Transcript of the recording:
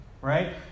right